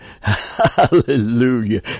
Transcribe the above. Hallelujah